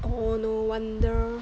oh no wonder